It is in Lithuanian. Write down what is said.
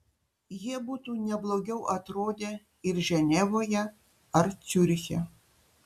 jie būtų ne blogiau atrodę ir ženevoje ar ciuriche